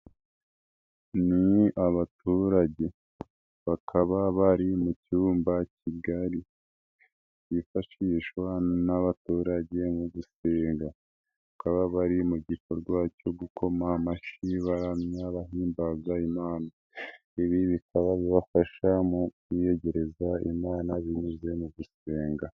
Ni abaturage bakaba bari mu cyumba cy'igari cyifashishwa n'abaturage mu guseriga, bakaba bari mu gikorwa cyo gukoma amashyi bahimbaza Imana, Ibi bikababafasha mu kwiyegereza Imana binyuze mu gusenga.